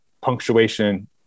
punctuation